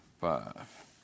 five